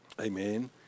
Amen